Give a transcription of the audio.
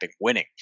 winning